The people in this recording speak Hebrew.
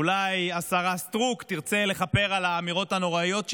אולי השרה סטרוק תרצה לכפר על האמירות הנוראיות שלה,